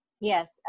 Yes